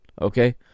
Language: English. Okay